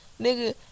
Nigga